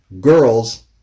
girls